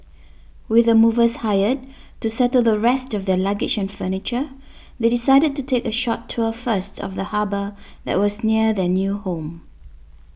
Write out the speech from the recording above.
with the movers hired to settle the rest of their luggage and furniture they decided to take a short tour first of the harbour that was near their new home